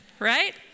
Right